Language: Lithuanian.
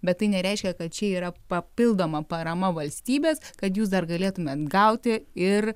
bet tai nereiškia kad čia yra papildoma parama valstybės kad jūs dar galėtumėt gauti ir